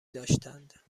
داشتند